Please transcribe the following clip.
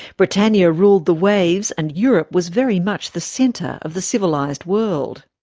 britannia ruled the waves and europe was very much the centre of the civilised world.